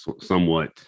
somewhat